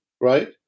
right